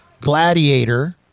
Gladiator